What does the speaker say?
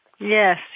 Yes